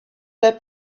that